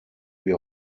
wir